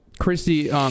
Christy